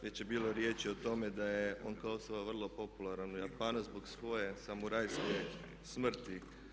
Već je bilo riječi o tome da je on kao osoba vrlo popularan u Japanu zbog svoje samurajske smrti.